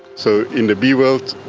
so in the bee world,